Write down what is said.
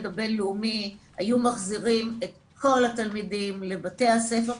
הבינלאומי היו מחזירים את כל התלמידים לבתי הספר,